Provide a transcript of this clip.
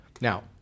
Now